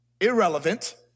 irrelevant